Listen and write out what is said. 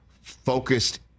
focused